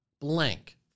blank